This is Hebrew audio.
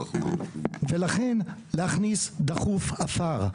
ולכן להכניס דחוף עפר.